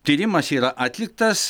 tyrimas yra atliktas